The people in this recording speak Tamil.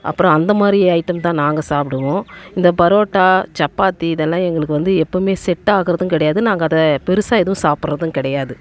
அப்புறம் அந்த மாதிரி ஐட்டம் தான் நாங்கள் சாப்பிடுவோம் இந்த பரோட்டா சப்பாத்தி இதெல்லாம் எங்களுக்கு வந்து எப்போமே செட் ஆகுறதும் கிடையாது நாங்கள் அதை பெருசாக எதுவும் சாப்பிட்றதும் கிடையாது